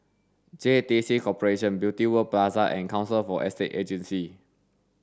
J T C Corporation Beauty World Plaza and Council for Estate Agencies